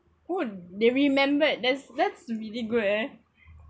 !whoa! they remembered that's that's really great eh